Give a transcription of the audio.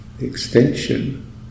extension